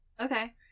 okay